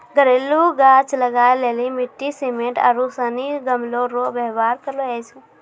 घरेलू गाछ लगाय लेली मिट्टी, सिमेन्ट आरू सनी गमलो रो वेवहार करलो जाय छै